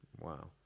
wow